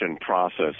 process